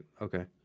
okay